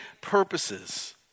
purposes